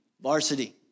varsity